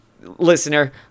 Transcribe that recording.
listener